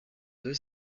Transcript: deux